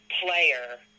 player